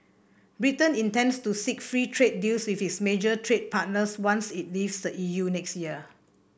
Britain intends to seek free trade deals with its major trading partners once it leaves the E U next year